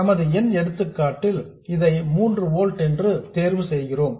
நமது என் எடுத்துக்காட்டில் இதை 3 ஓல்ட்ஸ் என்று தேர்வு செய்கிறோம்